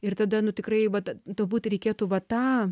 ir tada nu tikrai vat turbūt reikėtų va tą